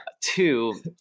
two